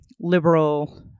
liberal